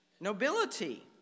nobility